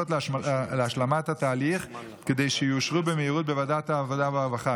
להשלמת התהליך כדי שיאושרו במהירות בוועדת העבודה והרווחה.